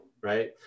right